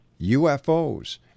UFOs